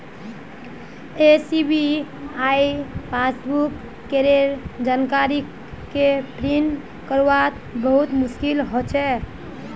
SBI passbook केर जानकारी क प्रिंट करवात बहुत मुस्कील हो छे